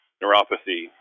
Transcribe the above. neuropathy